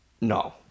No